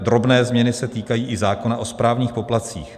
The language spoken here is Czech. Drobné změny se týkají i zákona o správních poplatcích.